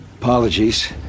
Apologies